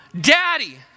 Daddy